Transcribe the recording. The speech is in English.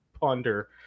Ponder